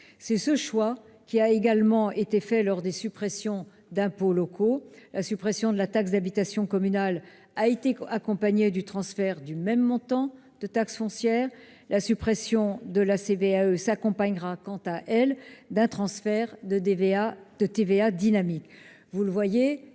ce choix qui a été réalisé lors de la suppression d'impôts locaux : la suppression de la taxe d'habitation communale a été accompagnée du transfert du même montant de taxe foncière ; la suppression de la CVAE s'accompagnera d'un transfert de TVA dynamique. Vous le voyez,